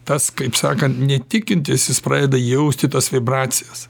tas kaip sakant net tikintis jis pradeda jausti tas vibracijas